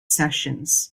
sessions